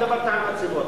דיברת על מצבות.